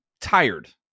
tired